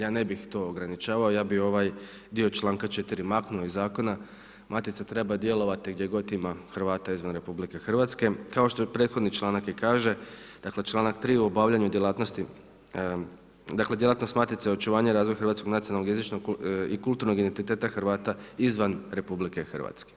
Ja ne bih to ograničavao, ja bih ovaj dio članka 4. maknuo iz zakona. matica treba djelovati gdje god ima Hrvata izvan RH, kao što i prethodni članak kaže dakle članak 3. u obavljanju djelatnosti, dakle djelatnost matice je očuvanja i razvoj hrvatskog nacionalnog, jezičnog i kulturnog identiteta Hrvata izvan RH.